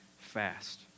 fast